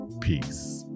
Peace